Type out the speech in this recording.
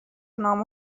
نام